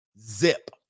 Zip